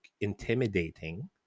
intimidating